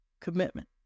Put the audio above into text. commitment